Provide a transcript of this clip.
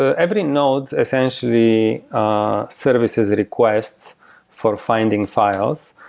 ah every node essentially ah services ah requests for finding files,